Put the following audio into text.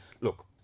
look